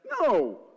No